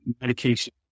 medication